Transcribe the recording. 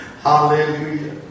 Hallelujah